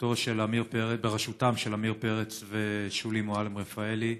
בראשותם של עמיר פרץ ושולי מועלם-רפאלי.